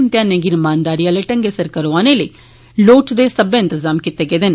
इम्तेहाने गी रमानदारी आले ढंगै सिर करौआने लेई लोड़चदे सब्बै इन्तजाम कीते गेदे न